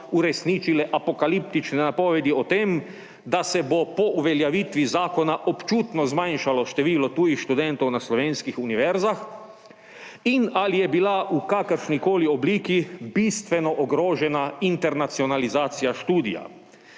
uresničile apokaliptične napovedi o tem, da se bo po uveljavitvi zakona občutno zmanjšalo število tujih študentov na slovenskih univerzah, in ali je bila v kakršnikoli obliki bistveno ogrožena internacionalizacija študija.